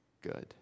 good